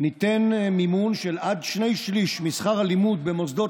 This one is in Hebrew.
ניתן מימון של עד שני-שלישים משכר הלימוד במוסדות